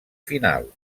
final